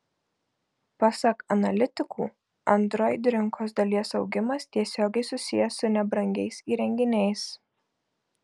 pasak analitikų android rinkos dalies augimas tiesiogiai susijęs su nebrangiais įrenginiais